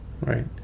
right